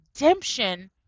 redemption